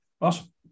Awesome